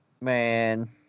Man